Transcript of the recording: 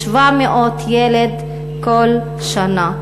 כ-700 ילד כל שנה.